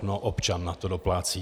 No občan na to doplácí.